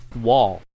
wall